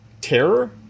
terror